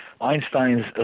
Einstein's